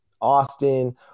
Austin